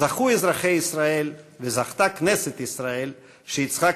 זכו אזרחי ישראל וזכתה כנסת ישראל שיצחק